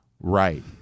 right